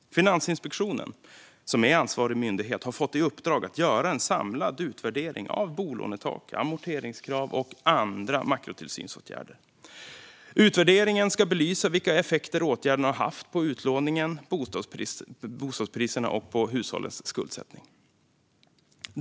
Finansinspektionen, som är ansvarig myndighet, har fått i uppdrag att göra en samlad utvärdering av bolånetak, amorteringskrav och andra makrotillsynsåtgärder. Utvärderingen ska belysa vilka effekter åtgärderna haft på utlåningen, bostadspriserna och hushållens skuldsättning.